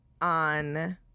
on